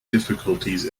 difficulties